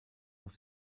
nach